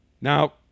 Now